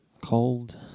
Cold